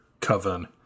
coven